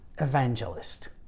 evangelist